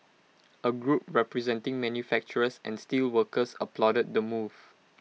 A group representing manufacturers and steelworkers applauded the move